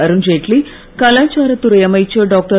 அருண்ஜெட்லி கலாச்சார துறை அமைச்சர் டாக்டர்